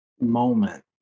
moment